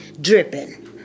dripping